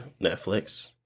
Netflix